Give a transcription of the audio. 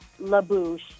LaBouche